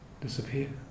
disappear